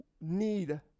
need